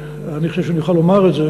ואני חושב שאני אוכל לומר את זה,